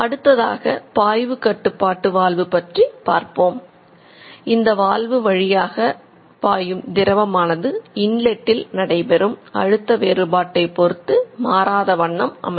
அடுத்ததாக பாய்வு கட்டுப்பாட்டு வால்வு பொறுத்து மாறாத வண்ணம் அமையும்